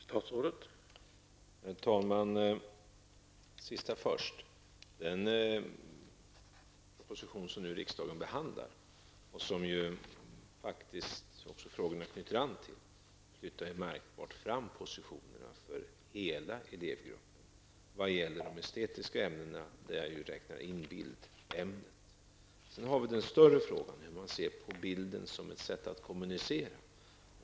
Herr talman! Låt mig ta det sista först. Den proposition som riksdagen nu behandlar och som frågorna faktiskt anknyter till flyttar ju fram positionerna märkbart för hela elevgruppen när det gäller de estetiska ämnena och där räknar jag in bildämnet. Sedan har vi den större frågan om hur man ser på bilden som ett sätt att kommunicera.